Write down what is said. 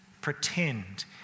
pretend